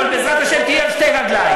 אבל בעזרת השם תהיי על שתי רגליים.